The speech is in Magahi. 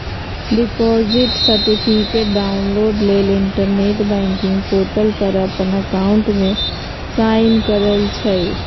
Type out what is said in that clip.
डिपॉजिट सर्टिफिकेट डाउनलोड लेल इंटरनेट बैंकिंग पोर्टल पर अप्पन अकाउंट में साइन करइ छइ